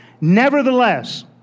Nevertheless